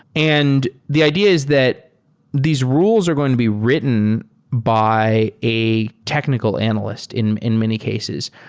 and the idea is that these rules are going to be written by a technical analyst in in many cases.